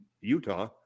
Utah